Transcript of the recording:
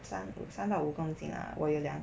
三到五公斤啊我有量